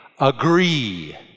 agree